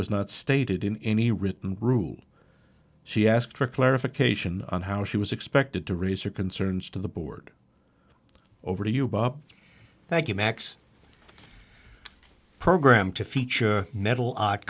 was not stated in any written rule she asked for clarification on how she was expected to reserve concerns to the board over to you bob thank you max program to feature medal